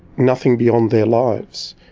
nothing beyond their lives.